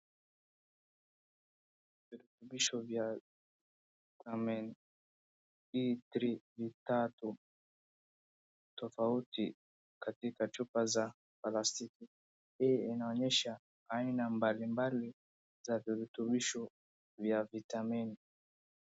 Virutubisho vya vitamini B3 vitatu tofauti katika chupa za plastiki. Hii inaonyesha aina mbalimbali za virutubisho vya vitamini.